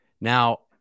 Now